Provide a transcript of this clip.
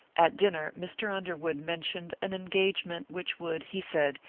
at dinner mr. underwood mentioned an engagement which would, he said,